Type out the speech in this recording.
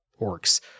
orcs